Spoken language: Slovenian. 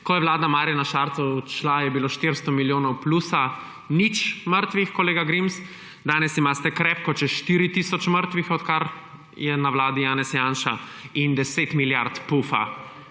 Ko je vlada Marjana Šarca odšla, je bilo 400 milijonov plusa, nič mrtvih, kolega Grims; danes imate krepko čez 4 tisoč mrtvih, odkar je na vladi Janez Janša, in 10 milijard pufa,